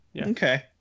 Okay